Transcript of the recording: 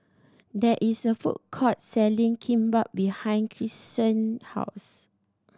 there is a food court selling Kimbap behind Kyson house